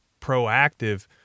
proactive